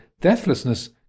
deathlessness